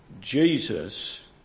Jesus